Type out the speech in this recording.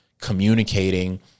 communicating